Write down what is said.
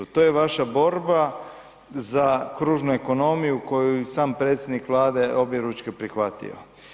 To je vaša borba za kružnu ekonomiju koju je i sam predsjednik Vlade objeručke prihvatio.